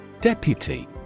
Deputy